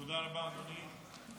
תודה רבה, אדוני,